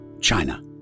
China